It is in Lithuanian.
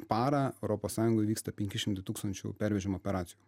parą europos sąjungoj vyksta penki šimtai tūkstančių pervežimo operacijų